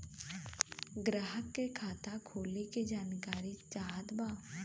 ग्राहक के खाता खोले के जानकारी चाहत बा?